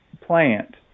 plant